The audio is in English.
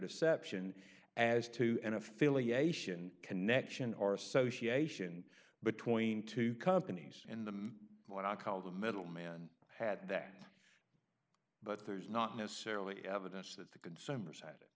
deception as to an affiliation connection or association between two companies in the what i call the middleman had that but there's not necessarily evidence that the consumers ha